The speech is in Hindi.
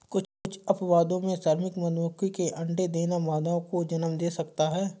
कुछ अपवादों में, श्रमिक मधुमक्खी के अंडे देना मादाओं को जन्म दे सकता है